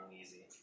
easy